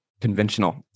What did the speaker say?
conventional